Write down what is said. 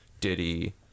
Diddy